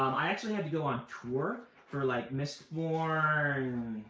um i actually had to go on tour for like mistborn,